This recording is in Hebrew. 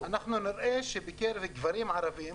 אנחנו נראה שבקרב גברים ערבים,